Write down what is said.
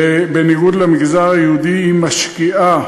ובניגוד למגזר היהודי היא משקיעה